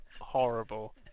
horrible